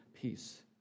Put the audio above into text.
peace